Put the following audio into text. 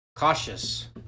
Cautious